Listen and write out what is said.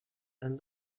and